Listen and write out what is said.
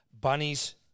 Bunnies